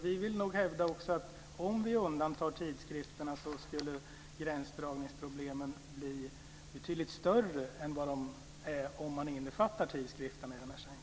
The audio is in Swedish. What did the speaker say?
Vi vill hävda att om vi undantar tidskrifterna skulle gränsdragningsproblemen bli betydligt större än om tidskrifterna innefattas i dessa sammanhang.